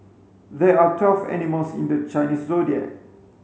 there are twelve animals in the Chinese Zodiac